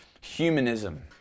humanism